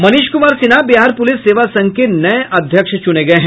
Manish Kumar Sinha Bihar police सेवा संघ के नये अध्यक्ष चूने गये हैं